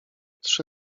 trzy